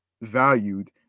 valued